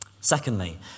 Secondly